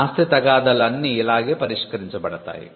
ఆస్తి తగాదాలు అన్నీ ఇలాగే పరిష్కరించబడతాయి